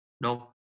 No